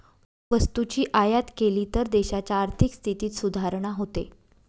वस्तूची आयात केली तर देशाच्या आर्थिक स्थितीत सुधारणा होते